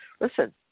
listen